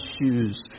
shoes